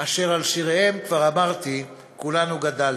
אשר על שיריהם, כבר אמרתי, כולנו גדלנו,